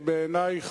בעיני היא